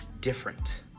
different